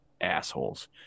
assholes